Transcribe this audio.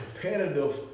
competitive